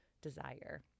desire